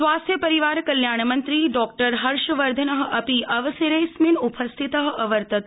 स्वास्थ्य परिवार कल्याण मंत्री डॉक्टर हर्षवर्धन अपि अवसरेऽस्मिन् उपस्थित अवर्तत